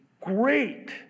great